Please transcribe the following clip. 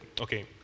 Okay